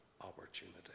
opportunity